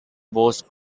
both